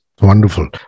Wonderful